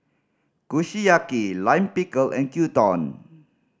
Kushiyaki Lime Pickle and Gyudon